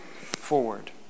forward